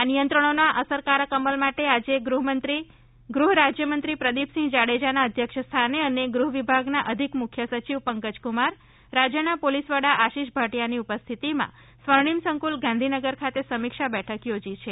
આ નિયંત્રણોના અસરકારક અમલ માટે આજે ગુહ્ રાજ્યમંત્રી પ્રદિપસિંહ જાડેજાના અધ્યક્ષસ્થાને અને ગૃહ વિભાગના અધિક મુખ્ય સચિવ પંકજકુમાર રાજ્યના પોલીસ વડા આશિષ ભાટીયાની ઉપસ્થિતિમાં સ્વર્ણિમ સંકુલ ગાંધીનગર ખાતે સમીક્ષા બેઠક યોજી છે